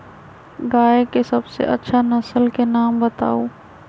गाय के सबसे अच्छा नसल के नाम बताऊ?